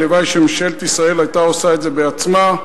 הלוואי שממשלת ישראל היתה עושה את זה בעצמה.